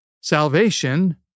Salvation